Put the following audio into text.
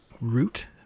root